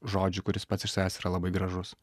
žodžių kuris pats iš savęs yra labai gražus